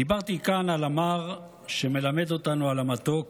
דיברתי כאן על המר שמלמד אותנו על המתוק